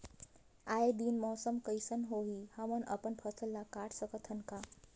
आय दिन मौसम कइसे होही, हमन अपन फसल ल काट सकत हन का?